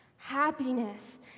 Happiness